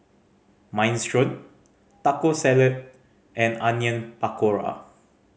Minestrone Taco Salad and Onion Pakora